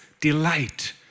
delight